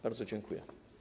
Bardzo dziękuję.